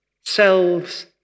Selves